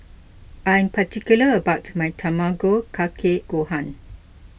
I'm particular about my Tamago Kake Gohan